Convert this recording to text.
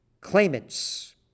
claimants